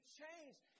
changed